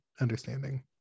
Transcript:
understanding